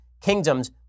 kingdoms